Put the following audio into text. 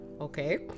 Okay